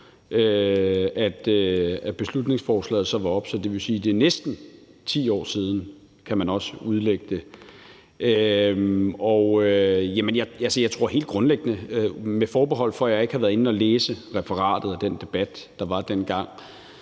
at beslutningsforslaget var oppe. Så det er næsten 10 år siden. Sådan kan man også udlægge det. Jeg tror helt grundlæggende, med forbehold for at jeg ikke har været inde at læse referatet af den debat, der var dengang,